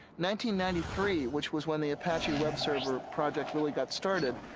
ninety ninety three, which was when the apache web server project really got started,